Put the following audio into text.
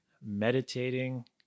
meditating